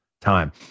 time